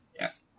Yes